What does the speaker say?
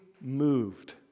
moved